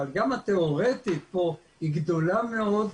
אבל גם התיאורטי פה הוא גדול מאוד,